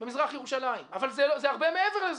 במזרח ירושלים, אבל זה הרבה מעבר לזה.